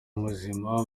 muzima